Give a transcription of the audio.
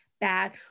bad